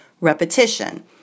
repetition